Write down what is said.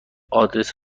آدرس